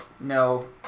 No